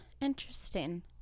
interesting